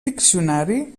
diccionari